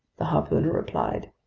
the harpooner replied.